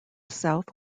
south